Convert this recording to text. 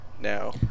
now